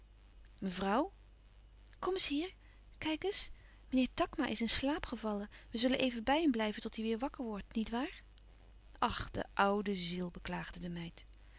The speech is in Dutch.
mevrouw kom eens hier kijk eens meneer takma is in slaap gevallen we zullen even bij hem blijven tot hij weêr wakker wordt niet waar ach de oude ziel beklaagde de meid